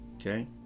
Okay